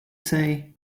say